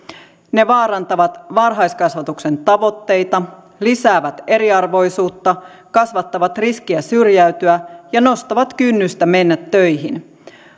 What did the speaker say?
ne vaarantavat varhaiskasvatuksen tavoitteita lisäävät eriarvoisuutta kasvattavat riskiä syrjäytyä ja nostavat kynnystä mennä töihin